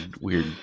weird